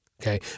okay